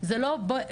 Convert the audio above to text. זה לא במקום,